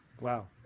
Wow